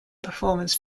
performance